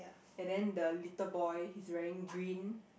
and then the little boy he's wearing green